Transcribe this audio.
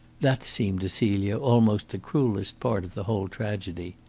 that seemed to celia almost the cruellest part of the whole tragedy.